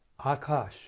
Akash